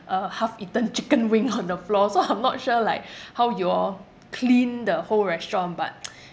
a half-eaten chicken wing on the floor so I'm not sure like how you all clean the whole restaurant but